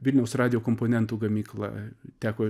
vilniaus radijo komponentų gamykla teko